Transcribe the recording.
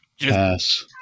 Pass